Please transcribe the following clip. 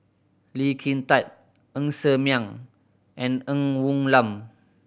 Lee Kin Tat Ng Ser Miang and Ng Woon Lam